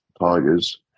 Tigers